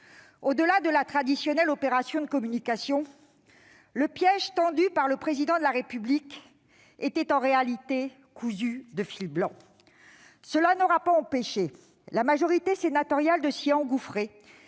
Au-delà de la traditionnelle opération de communication, le piège tendu par le Président de la République était en réalité cousu de fil blanc. Cela n'aura pas empêché la majorité sénatoriale de s'y engouffrer,